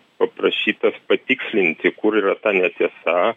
paprašytas patikslinti kur yra ta netiesa